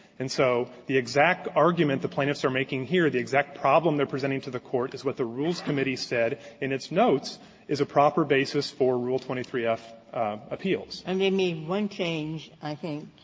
and so the exact argument the plaintiffs are making here, the exact problem they're presenting to the court is what the rules committee said in its notes is a proper basis for a rule twenty three f appeals. ginsburg and we made one change, i think,